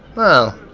well.